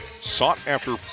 sought-after